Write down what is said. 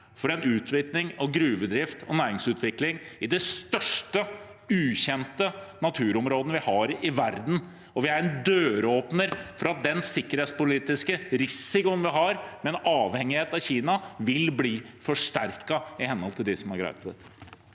for utvinning, gruvedrift og næringsutvikling i de største ukjente naturområdene vi har i verden. Vi er også en døråpner for at den sikkerhetspolitiske risikoen vi har, med en avhengighet av Kina, vil bli forsterket, i henhold til dem som har greie på dette.